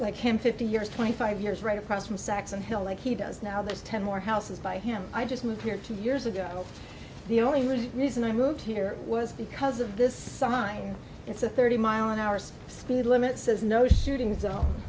like him fifty years twenty five years right across from saxon hill like he does now there's ten more houses by him i just moved here two years ago the only reason i moved here was because of this sign it's a thirty mile an hour speed limit says no shootings on